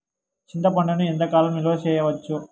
చింతపండును ఎంత కాలం నిలువ చేయవచ్చు?